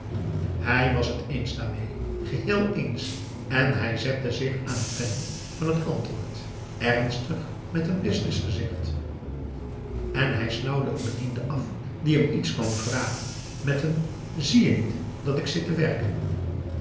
hij was het eens daarmee geheel eens en hij zette zich aan het pennen van het antwoord ernstig met een business gezicht en hij snauwde een bediende af die hem iets kwam vragen met een zie je niet dat ik zit te werken